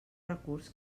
recurs